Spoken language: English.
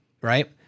right